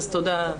אז תודה.